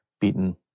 beaten